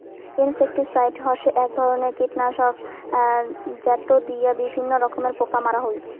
insecticide হসে এক ধরণের কীটনাশক যেটো দিয়া বিভিন্ন রকমের পোকা মারা হই